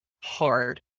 hard